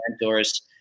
mentors